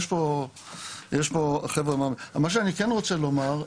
מה שאני כן רוצה לומר,